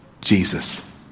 Jesus